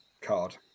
card